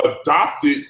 adopted